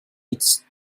its